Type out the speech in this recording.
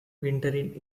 wintering